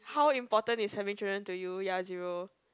how important is having children to you ya zero